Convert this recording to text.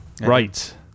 Right